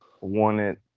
wanted